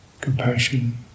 compassion